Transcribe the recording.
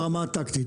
ברמה הטקטית,